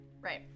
Right